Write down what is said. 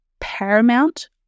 paramount